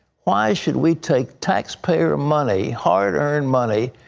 why should we take taxpayer money, hard-earned money,